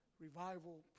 revival